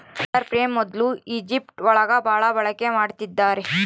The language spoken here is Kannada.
ವಾಟರ್ ಫ್ರೇಮ್ ಮೊದ್ಲು ಈಜಿಪ್ಟ್ ಒಳಗ ಭಾಳ ಬಳಕೆ ಮಾಡಿದ್ದಾರೆ